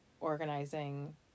organizing